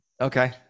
Okay